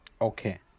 Okay